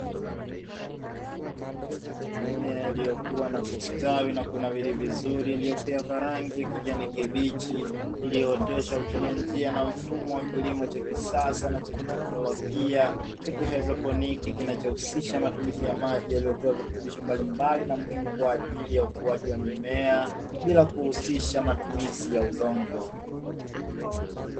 Mimea iliyokuwa na kustawi na kunawiri vizuri iliyopea kwa rangi ya kijani kibichi, iliyooteshwa kutumia njia na mfumo wa kilimo cha kisasa na cha kiteknolojia cha kihaidroponi, kinachohusisha matumizi ya maji yaliyotiwa virutubisho mbalimbali na muhimu kwa ajili ya ukuaji wa mimea, bila kuhusisha matumizi ya udongo.